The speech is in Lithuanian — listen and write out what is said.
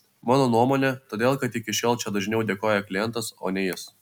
mano nuomone todėl kad iki šiol čia dažniau dėkoja klientas o ne jis